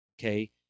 okay